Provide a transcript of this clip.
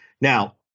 Now